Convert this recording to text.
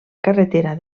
carretera